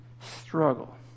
struggle